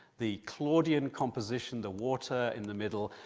the claudian composition, the water in the middle,